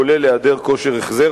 כולל היעדר כושר החזר,